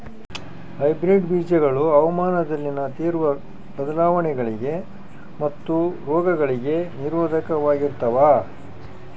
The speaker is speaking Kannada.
ಹೈಬ್ರಿಡ್ ಬೇಜಗಳು ಹವಾಮಾನದಲ್ಲಿನ ತೇವ್ರ ಬದಲಾವಣೆಗಳಿಗೆ ಮತ್ತು ರೋಗಗಳಿಗೆ ನಿರೋಧಕವಾಗಿರ್ತವ